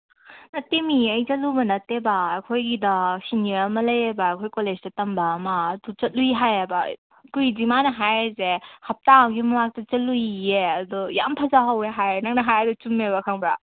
ꯅꯠꯇꯦꯃꯤ ꯑꯩ ꯆꯠꯂꯨꯕ ꯅꯠꯇꯦꯕ ꯑꯩꯈꯣꯏꯒꯤ ꯗꯥ ꯁꯦꯅꯤꯌꯔ ꯑꯃ ꯂꯩꯌꯦꯕ ꯑꯩꯈꯣꯏ ꯀꯣꯂꯦꯖꯇ ꯇꯝꯕ ꯑꯃ ꯑꯗꯨ ꯆꯠꯂꯨꯏ ꯍꯥꯏꯌꯦꯕ ꯀꯨꯏꯗ꯭ꯔꯤ ꯃꯥꯅ ꯍꯥꯏꯔꯤꯁꯦ ꯍꯞꯇꯥ ꯑꯃꯒꯤ ꯃꯃꯥꯡꯗ ꯆꯠꯂꯨꯏꯌꯦ ꯑꯗꯣ ꯌꯥꯝ ꯐꯖꯍꯧꯋꯦ ꯍꯥꯏꯋꯦ ꯅꯪꯅ ꯍꯥꯏꯔꯤꯗꯣ ꯆꯨꯝꯃꯦꯕ ꯈꯪꯕ꯭ꯔ